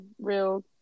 real